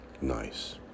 Nice